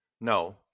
no